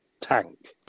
tank